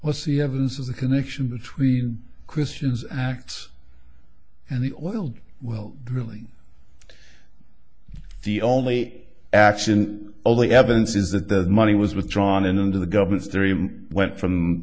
let's see evidence of the connection between christians acts and the oil well really the only action only evidence is that the money was withdrawn and under the government's theory went from